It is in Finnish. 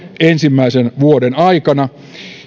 ensimmäisen vuoden aikana